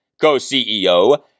co-CEO